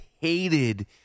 hated